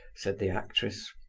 said the actress.